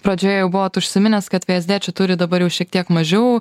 pradžioje buvot užsiminęs kad vsd čia turi dabar jau šiek tiek mažiau